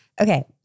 okay